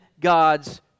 God's